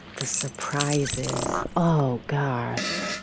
the surprises oh, gosh.